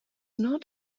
not